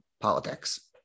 politics